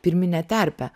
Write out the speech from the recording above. pirminę terpę